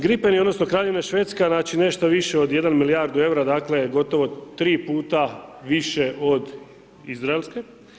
Griperi odnosno Kraljevina Švedska znači nešto više od 1 milijardu eura dakle, gotovo 3 puta više od izraelske.